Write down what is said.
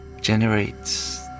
generates